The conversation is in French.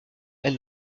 elle